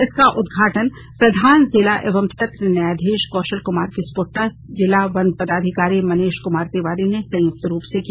इसका उद्घाटन प्रधान जिला एवं सत्र न्यायाधीश कौशल कुमार किस्पोट्टा और जिला वन पदाधिकारी मनीष कुमार तिवारी ने संयुक्त रूप से किया